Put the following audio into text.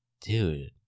Dude